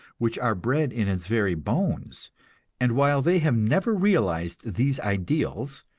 which are bred in its very bones and while they have never realized these ideals,